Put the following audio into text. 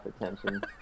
attention